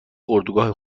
اردوگاه